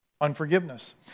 unforgiveness